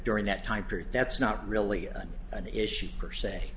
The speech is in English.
during that time period that's not really an issue per se